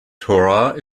torah